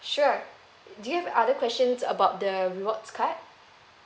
sure do you have other questions about the rewards card